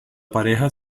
pareja